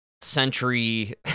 century